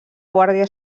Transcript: guàrdia